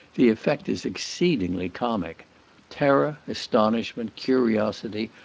the effect is exceedingly comic terror, astonishment, curiosity,